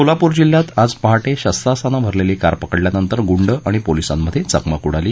सोलापूर जिल्ह्यात आज पहाटे शस्त्रास्त्रानं भरलेली कार पकडल्यानंतर गुंड आणि पोलिसांमध्ये चकमक उडाली